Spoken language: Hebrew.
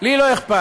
לי לא אכפת,